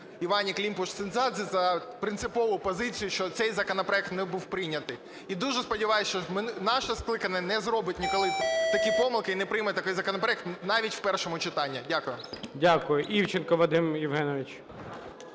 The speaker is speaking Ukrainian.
Іванні Климпуш-Цинцадзе за принципову позицію, що цей законопроект не був прийнятий. І дуже сподіваюсь, що наше скликання не зробить ніколи такі помилки і не прийме такий законопроект навіть в першому читанні. Дякую. ГОЛОВУЮЧИЙ. Дякую. Івченко Вадим Євгенович.